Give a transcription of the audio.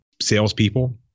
salespeople